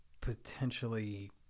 potentially